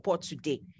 today